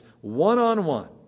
one-on-one